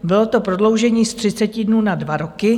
Bylo to prodloužení z 30 dnů na dva roky.